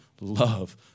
love